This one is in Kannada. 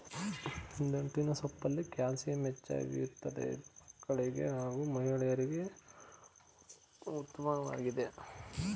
ದಂಟಿನ ಸೊಪ್ಪಲ್ಲಿ ಕ್ಯಾಲ್ಸಿಯಂ ಹೆಚ್ಚಾಗಿ ಇರ್ತದೆ ಇದು ಮಕ್ಕಳಿಗೆ ಹಾಗೂ ಮಹಿಳೆಯರಿಗೆ ಉತ್ಮವಾಗಯ್ತೆ